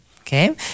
Okay